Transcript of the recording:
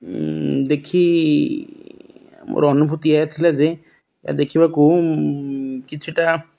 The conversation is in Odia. ଦେଖି ମୋର ଅନୁଭୂତି ଏହା ଥିଲା ଯେ ଏହା ଦେଖିବାକୁ କିଛିଟା